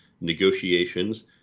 negotiations